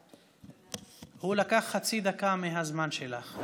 הוא לקח חצי דקה מהזמן שלך.